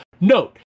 Note